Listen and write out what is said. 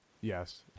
Yes